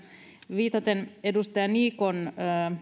viitaten edustaja niikon